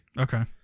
Okay